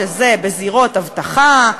שזה בזירות אבטחה,